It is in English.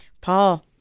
Paul